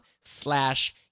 slash